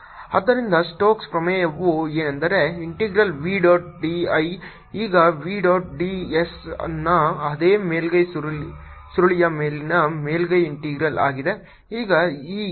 Vxyzx2yijCxyk ಆದ್ದರಿಂದ Stokes ಪ್ರಮೇಯವು ಏನೆಂದರೆ integral v dot d l ಈಗ v ಡಾಟ್ d s ನ ಅದೇ ಮೇಲ್ಮೈ ಸುರುಳಿಯ ಮೇಲಿನ ಮೇಲ್ಮೈ ಇಂಟೆಗ್ರಲ್ ಆಗಿದೆ